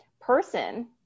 person